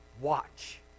watch